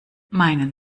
meinen